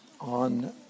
on